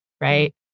right